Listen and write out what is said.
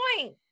point